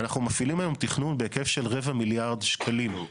אנחנו מפעילים היום תכנון בהיקף של רבע מיליארד שקלים.